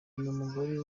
n’umugore